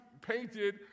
painted